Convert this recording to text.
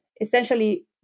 essentially